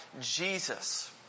Jesus